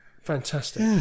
fantastic